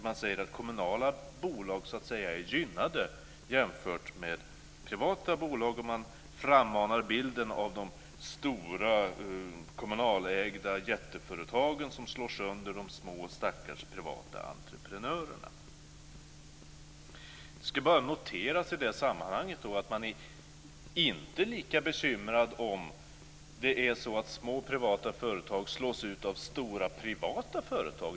Man säger att kommunala bolag är gynnade jämfört med privata bolag och frammanar bilden av de stora kommunalägda jätteföretagen som slår sönder de små stackars privata entreprenörerna. Det ska i det sammanhanget bara noteras att man inte är lika bekymrad när små privata företag slås ut av stora privata företag.